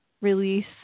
release